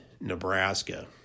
Nebraska